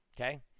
Okay